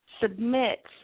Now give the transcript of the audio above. submit